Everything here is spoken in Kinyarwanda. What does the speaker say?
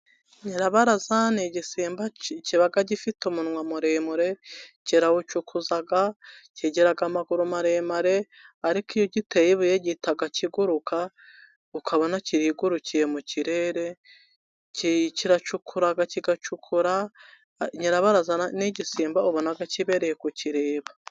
Nyirabaraza ni igisimba kiba gifite umunwa muremure, kirawucukuza kigira amaguru maremare, ariko iyo ugiteye ibuye gihita kiguruka ukabona kirigurukiye mu kirere, kiracukura, kigacukura. Nyirabaraza n'igisimba ubona kibereye kukireba.